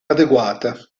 adeguata